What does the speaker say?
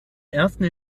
ersten